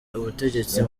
ubutegetsi